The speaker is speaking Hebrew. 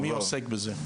מי עוסק בזה?